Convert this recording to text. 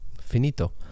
Finito